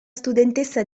studentessa